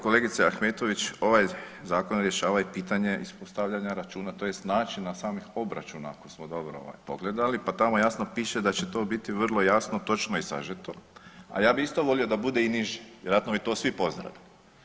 Kolegice Ahmetović, ovaj zakon rješava i pitanje ispostavljanja računa tj. načina samih obračuna ako smo dobro ovaj pogledali, pa tamo jasno piše da će to biti vrlo jasno, točno i sažeto, a ja bi isto volio da bude i niži, vjerojatno bi to svi pozdravili.